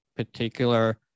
particular